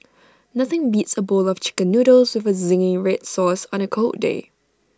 nothing beats A bowl of Chicken Noodles with Zingy Red Sauce on A cold day